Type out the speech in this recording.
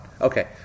Okay